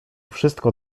wszystko